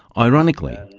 ironically,